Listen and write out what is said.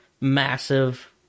massive